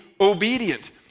obedient